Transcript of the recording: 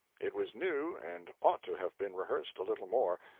it was new, and ought to have been rehearsed a little more.